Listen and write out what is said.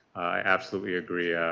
i absolutely agree. ah